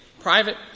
private